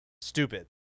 stupid